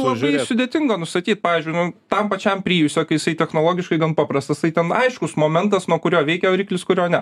labai sudėtinga nustatyt pavyzdžiui nu tam pačiam prijuse kai jisai technologiškai gan paprastas tai ten aiškus momentas nuo kurio veikia variklis kurio ne